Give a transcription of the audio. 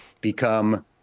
become